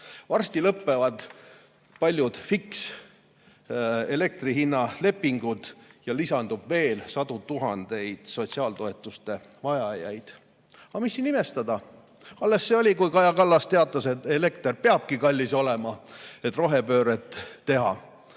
lõpevad paljud fikselektrihinna lepingud ja lisandub veel sadu tuhandeid sotsiaaltoetuste vajajaid. Aga mis siin imestada? Alles see oli, kui Kaja Kallas teatas, et elekter peabki kallis olema, et rohepööret teha.